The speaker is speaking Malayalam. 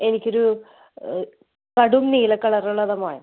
എനിക്കൊരു കടും നീല കളറുള്ളത്